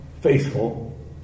faithful